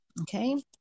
Okay